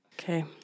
Okay